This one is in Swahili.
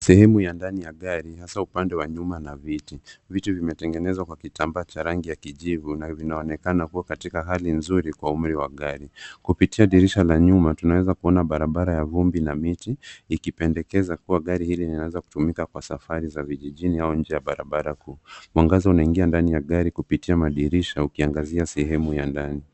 Sehemu ya ndani ya gari hasa upande wa nyuma na viti. Vitui vimetengenezwa kwa kitambaa cha rangi ya kijivu na vinaonekana kuwa katika hali nzuri kwa umri wa gari. Kupitia dirisha la nyuma tunaweza kuona barabara ya vumbi na miti ikipendekeza kuwa gari hili linaweza kutumika kwa safari za vijijini au nje ya barabara. Mwangaza unaingia ndani ya gari kupitia madirisha ukiangazia sehemu ya ndani.